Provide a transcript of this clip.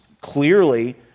clearly